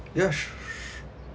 yes sh~